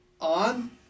on